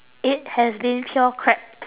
it has been pure crap